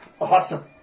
Awesome